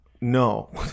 No